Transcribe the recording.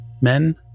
men